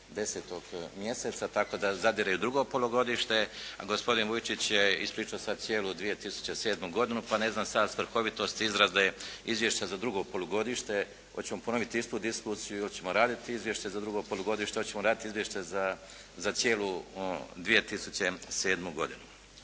do 10. mjeseca tako da zadire i u drugo polugodište. A gospodin Vujčić je ispričao sada cijelu 2007. godinu, pa ne znam sada svrhovitost izrade izvješće za drugo polugodište hoćemo li ponoviti istu diskusiju? Hoćemo li raditi izvješće za drugo polugodište? Hoćemo li raditi za cijelu 2007. godinu.